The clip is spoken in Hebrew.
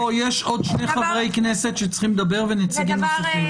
יש עוד שני חברי כנסת שצריכים לדבר ונציגים נוספים.